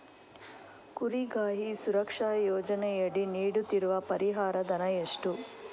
ಕುರಿಗಾಹಿ ಸುರಕ್ಷಾ ಯೋಜನೆಯಡಿ ನೀಡುತ್ತಿರುವ ಪರಿಹಾರ ಧನ ಎಷ್ಟು?